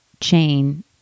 chain